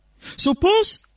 suppose